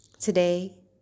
Today